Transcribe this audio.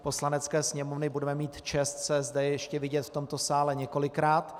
Poslanecké sněmovny budeme mít čest se zde ještě vidět v tomto sále několikrát.